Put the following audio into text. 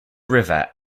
river